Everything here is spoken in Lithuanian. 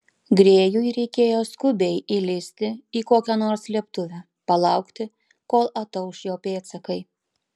grėjui reikėjo skubiai įlįsti į kokią nors slėptuvę palaukti kol atauš jo pėdsakai